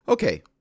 Okay